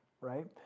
right